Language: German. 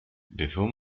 bevor